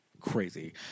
crazy